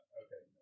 okay